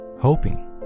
hoping